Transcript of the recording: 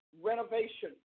renovation